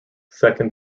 second